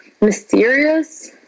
mysterious